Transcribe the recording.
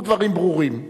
זה דברים ברורים,